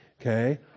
Okay